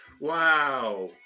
Wow